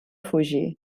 fugir